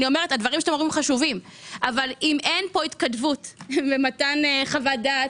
הדברים שאתם אומרים חשובים אבל אם אין פה התכתבות ומתן חוות דעת,